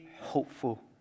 hopeful